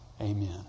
Amen